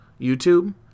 YouTube